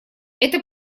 это